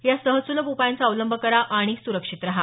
या सहज सुलभ उपायांचा अवलंब करा आणि सुरक्षित रहा